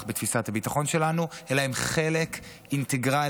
בתפיסת הביטחון שלנו אלא הם חלק אינטגרלי,